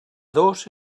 dos